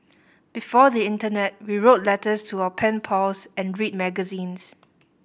before the internet we wrote letters to our pen pals and read magazines